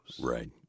Right